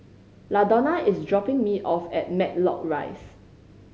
Ladonna is dropping me off at Matlock Rise